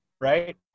right